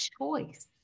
choice